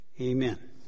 Amen